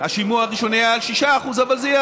השימוע הראשוני היה על 6% אבל זה יהיה,